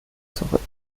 zurück